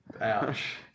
Ouch